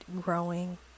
growing